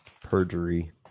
perjury